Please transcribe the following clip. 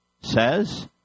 says